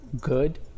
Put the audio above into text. good